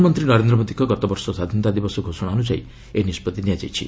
ପ୍ରଧାନମନ୍ତ୍ରୀ ନରେନ୍ଦ୍ର ମୋଦିଙ୍କର ଗତବର୍ଷ ସ୍ୱାଧୀନତା ଦିବସ ଘୋଷଣା ଅନୁଯାୟୀ ଏହି ନିଷ୍କଭି ନିଆଯାଇଛି